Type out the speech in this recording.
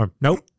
Nope